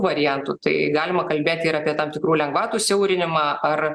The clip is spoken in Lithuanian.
variantų tai galima kalbėt ir apie tam tikrų lengvatų siaurinimą ar